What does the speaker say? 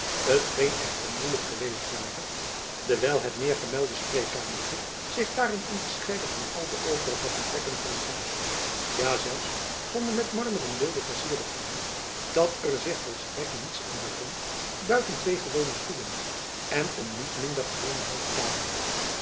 musch geen echter moeielijk geweest ware dewijl het meergemelde spreekkamertjen zich daarin onderscheidde van al de overige vertrekken van het huis ja zelfs van de met marmeren beelden vercierde gangen dat er zich volstrekt niets in bevond buiten twee gewone stoelen en een niet minder gewone houten tafel